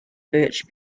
birch